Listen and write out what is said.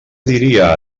diria